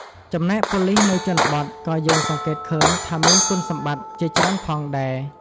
ចំណែកប៉ូលិសនៅជនបទក៏យើងសង្កេតឃើញថាមានគុណសម្បត្តិជាច្រើនផងដែរ។